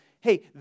hey